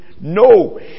No